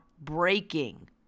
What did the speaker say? breaking